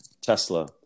Tesla